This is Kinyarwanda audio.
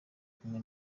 kumwe